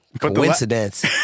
Coincidence